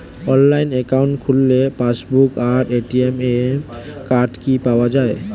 Online account খুললে passbook আর ATM card কি পাওয়া যায়?